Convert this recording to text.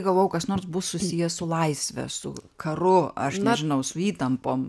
galvojau kas nors bus susiję su laisve su karu aš nežinau su įtampom